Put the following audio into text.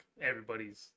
everybody's